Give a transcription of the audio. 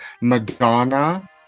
Madonna